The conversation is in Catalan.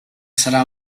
serà